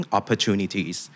Opportunities